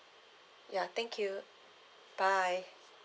ya thank you bye